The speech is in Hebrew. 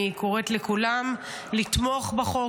אני קוראת לכולם לתמוך בחוק.